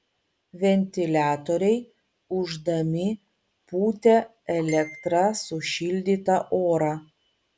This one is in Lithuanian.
ventiliatoriai ūždami pūtė elektra sušildytą orą